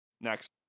next